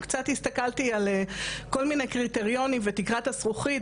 קצת הסתכלתי על כל מיני קריטריונים ותקרת הזכוכית,